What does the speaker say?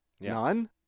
None